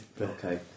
okay